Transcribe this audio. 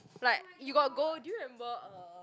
like you got go do you remember uh